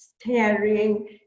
staring